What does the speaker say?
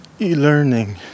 e-learning